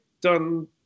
done